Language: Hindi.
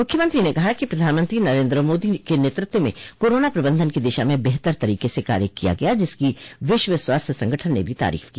मुख्यमंत्री ने कहा कि प्रधानमंत्री नरेन्द्र मोदी के नेतृत्व में कोरोना प्रबंधन की दिशा में बेहतर तरीके से कार्य किया गया जिसकी विश्व स्वास्थ्य संगठन ने भी तारीफ की